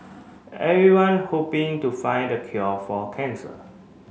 everyone hoping to find the cure for cancer